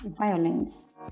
violence